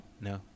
no